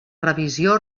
revisió